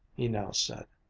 he now said,